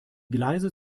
gleise